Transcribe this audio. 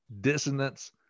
dissonance